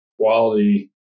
quality